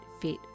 fit